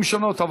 הן שונות,